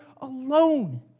alone